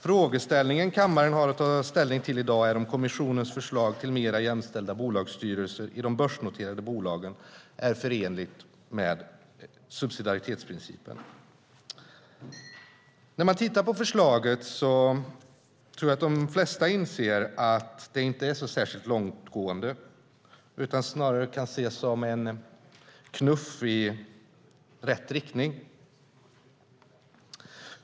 Frågeställningen kammaren har att ta ställning till i dag är om kommissionens förslag till mer jämställda bolagsstyrelser i de börsnoterade bolagen är förenligt med subsidiaritetsprincipen. När man tittar på förslaget tror jag att de flesta inser att det inte är särskilt långtgående utan snarare kan ses som en knuff i rätt riktning.